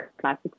classic